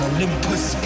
Olympus